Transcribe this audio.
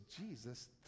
Jesus